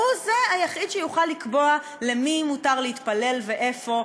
והוא היחיד שיוכל לקבוע למי מותר להתפלל ואיפה,